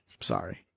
Sorry